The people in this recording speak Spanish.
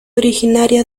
originaria